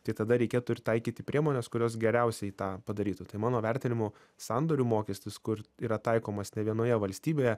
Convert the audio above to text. tai tada reikėtų ir taikyti priemones kurios geriausiai tą padarytų tai mano vertinimu sandorių mokestis kur yra taikomas ne vienoje valstybėje